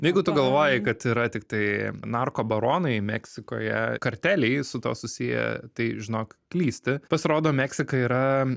jeigu tu galvoji kad yra tiktai narkobaronai meksikoje karteliai su tuo susiję tai žinok klysti pasirodo meksika yra